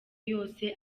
yose